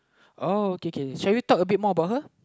oh K K shall we talk a bit more about her